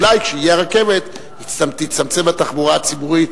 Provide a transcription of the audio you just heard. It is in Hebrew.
אולי כשתהיה הרכבת תצטמצם התחבורה הציבורית,